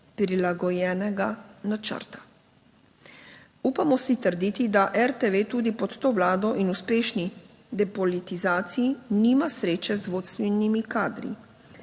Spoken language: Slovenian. prilagojenega načrta. Upamo si trditi, da RTV tudi pod to Vlado in uspešni depolitizaciji nima sreče z vodstvenimi kadri.